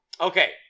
Okay